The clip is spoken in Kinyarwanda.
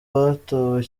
batowe